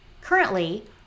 Currently